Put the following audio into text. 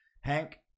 Hank